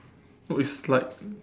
oh it's like